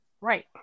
Right